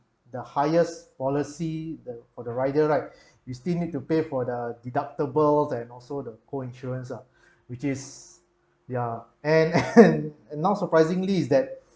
the highest policy the for the rider right you still need to pay for the deductibles and also the co-insurance ah which is ya and and not surprisingly is that